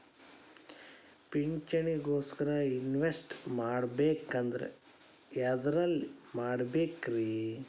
ಪಿಂಚಣಿ ಗೋಸ್ಕರ ಇನ್ವೆಸ್ಟ್ ಮಾಡಬೇಕಂದ್ರ ಎದರಲ್ಲಿ ಮಾಡ್ಬೇಕ್ರಿ?